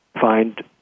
find